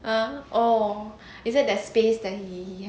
ah orh is that space that he he have